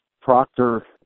Proctor